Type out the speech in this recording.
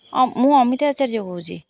ହଁ ମୁଁ ଅମିତା ଆଚାର୍ଯ୍ୟ କହୁଛି